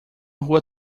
rua